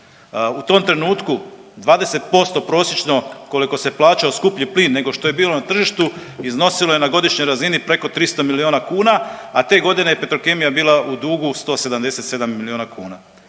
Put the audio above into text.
U tom trenutku 20% prosječno koliko se plaćao skuplji plin nego što je bilo na tržištu iznosilo je na godišnjoj razini preko 300 miliona kuna, a te godine je Petrokemija bila u dugu 177 miliona kuna.